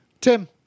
Tim